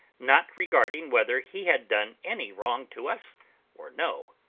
not regarding whether he had done any wrong to us or no.